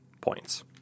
points